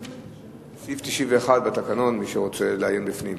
סעיף 91 בתקנון, למי שרוצה לעיין בפנים.